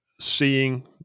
seeing